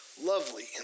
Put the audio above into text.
lovely